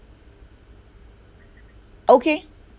okay